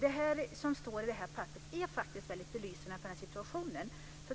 Det som står i det här papperet är väldigt belysande för den här situationen.